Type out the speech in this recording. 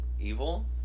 evil